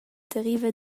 deriva